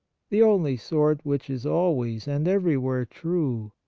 the only sort which is always and everywhere true,